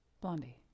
Blondie